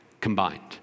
combined